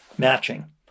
matching